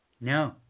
No